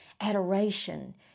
adoration